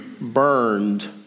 burned